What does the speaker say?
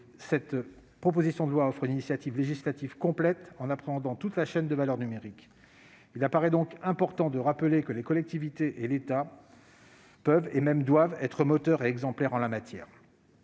Cette proposition de loi offre une initiative législative complète en appréhendant toute la chaîne de valeur numérique. Il paraît donc important de rappeler que les collectivités et l'État aussi peuvent et doivent être moteurs et exemplaires en la matière.